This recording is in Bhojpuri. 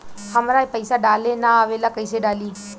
हमरा पईसा डाले ना आवेला कइसे डाली?